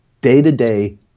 day-to-day